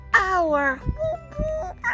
hour